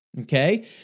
Okay